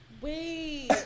Wait